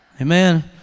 Amen